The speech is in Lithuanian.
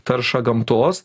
taršą gamtos